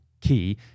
key